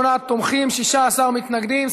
48 תומכים, 16 מתנגדים.